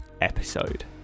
episode